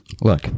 Look